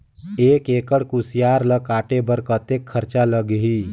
एक एकड़ कुसियार ल काटे बर कतेक खरचा लगही?